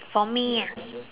for me ah